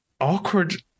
awkward